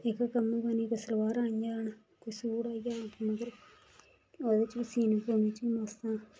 इक कम्म होर कोई सलबारां आई जान कोई सूट होई गेआ मगर ओह्दे च बी सीने परोने च में मस्त आं